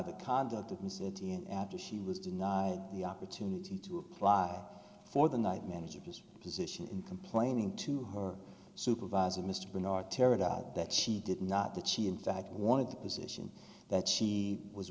the conduct of the city after she was denied the opportunity to apply for the night manager's position complaining to her supervisor mr barnard tear it out that she did not that she in fact wanted to position that she was